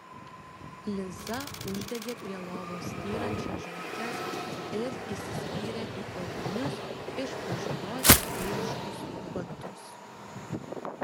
liza uždegė prie lovos styrančias žvakes ir įsispyrė į odinius iš pažiūros vyriškus batus